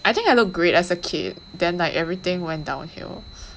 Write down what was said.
I think I look great as a kid then like everything went downhill